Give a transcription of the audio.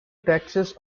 taxes